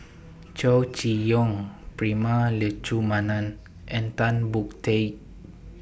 Chow Chee Yong Prema Letchumanan and Tan Boon Teik